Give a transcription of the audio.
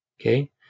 Okay